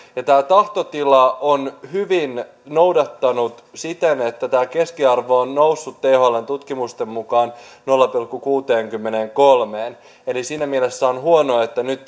tätä tahtotilaa on hyvin noudatettu siten että tämä keskiarvo on noussut thln tutkimusten mukaan nolla pilkku kuuteenkymmeneenkolmeen eli siinä mielessä on huono että nyt